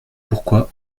pourquoi